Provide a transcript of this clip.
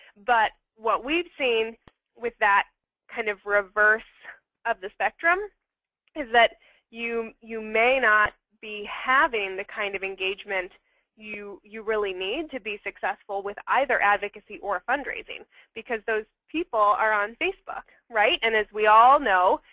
but what we've seen with that kind of reverse of the spectrum is that you you may not be having the kind of engagement you you really need to be successful with either advocacy or fundraising because those people are on facebook. and as we all know,